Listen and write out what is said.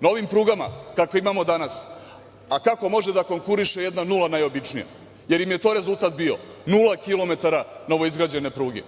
Novim prugama kakve imamo danas, a kako može da konkuriše jedna nula najobičnija, jer im je to rezultat bio, nula kilometara novoizgrađene pruge.